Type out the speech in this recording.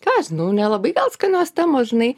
ką žinau nelabai skanios temos žinai